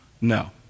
No